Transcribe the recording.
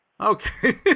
Okay